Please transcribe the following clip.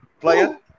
player